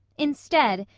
instead,